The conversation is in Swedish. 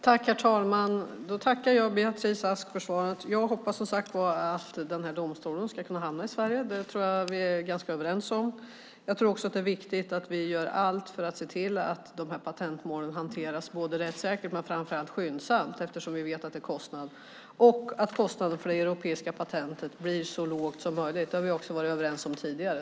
Herr talman! Jag tackar Beatrice Ask för svaret. Jag hoppas, som sagt var, att domstolen ska kunna hamna i Sverige, vilket jag tror att vi är ganska överens om. Jag tror också att det är viktigt att vi gör allt för att se till att dessa patentmål hanteras både rättssäkert och framför allt skyndsamt, eftersom vi vet att det kostar, och se till att kostnaden för det europeiska patentet blir så låg som möjligt. Det har vi också varit överens om tidigare.